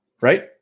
right